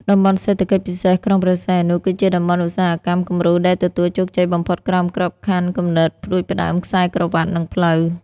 តំបន់សេដ្ឋកិច្ចពិសេសក្រុងព្រះសីហនុ គឺជាតំបន់ឧស្សាហកម្មគំរូដែលទទួលជោគជ័យបំផុតក្រោមក្របខ័ណ្ឌ គំនិតផ្ដួចផ្ដើមខ្សែក្រវាត់ និងផ្លូវ។